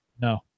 No